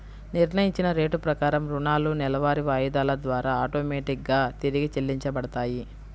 నిర్ణయించిన రేటు ప్రకారం రుణాలు నెలవారీ వాయిదాల ద్వారా ఆటోమేటిక్ గా తిరిగి చెల్లించబడతాయి